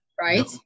right